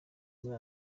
muri